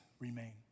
remain